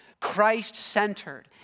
Christ-centered